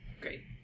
great